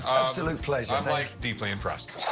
absolute pleasure. i'm, like, deeply impressed.